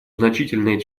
значительная